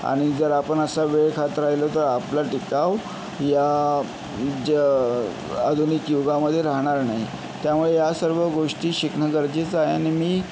आणि जर आपण असा वेळ खात राहलो तर आपला टिकाव या ज्या आधुनिक युगामध्ये राहणार नाही त्यामुळे या सर्व गोष्टी शिकणं गरजेचं आहे आणि मी